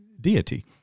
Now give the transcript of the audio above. deity